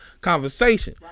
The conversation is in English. conversation